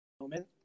moment